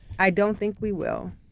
i don't think we will.